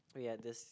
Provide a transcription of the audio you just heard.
we had this